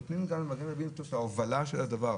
נותנים גם למגן דוד את ההובלה של הדבר,